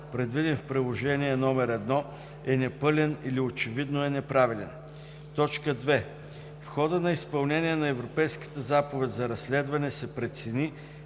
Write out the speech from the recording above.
предвиден в приложение № 1, е непълен или очевидно е неправилен; 2. в хода на изпълнение на Европейската заповед за разследване се прецени,